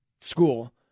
school